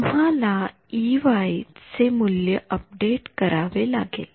तुम्हाला Ey चे मूल्य अपडेट करावे लागेल